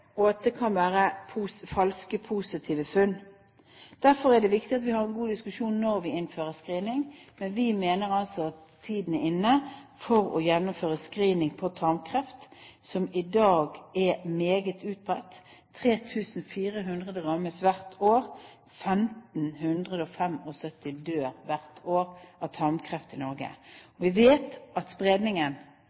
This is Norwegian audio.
og at det kan være falske positive funn. Derfor er det viktig at vi har en god diskusjon om når vi skal innføre screening, men vi mener altså at tiden er inne for å gjennomføre screening på tarmkreft, som i dag er meget utbredt. 3 400 rammes hvert år, og 1 575 dør hvert år av tarmkreft i Norge. Vi vet at